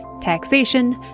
taxation